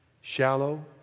shallow